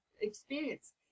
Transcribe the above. experience